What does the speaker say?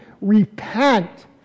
repent